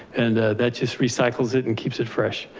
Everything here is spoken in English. and that just recycles it and keeps it fresh.